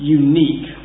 unique